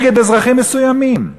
נגד אזרחים מסוימים.